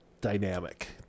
dynamic